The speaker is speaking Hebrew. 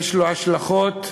יש לו השלכות רוחביות,